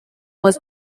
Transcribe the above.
was